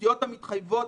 הבריאותיות המתחייבות.